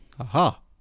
Aha